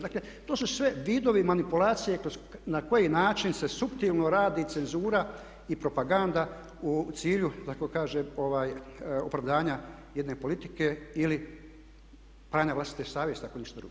Dakle, to su sve vidovi manipulacije na koji način se suptilno radi cenzura i propaganda u cilju da tako kažem opravdanja jedne politike ili pranja vlastite savjesti ako ništa drugo.